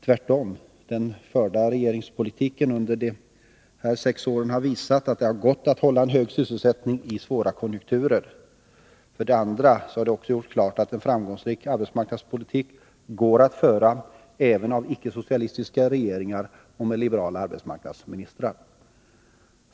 Tvärtom: den förda regeringspolitiken under de här sex åren har visat att det har gått att hålla en hög sysselsättning i svåra konjunkturer. Det har också gjorts klart att en framgångsrik arbetsmarknadspolitik kan föras även av icke socialistiska regeringar och med liberala arbetsmarknadsministrar.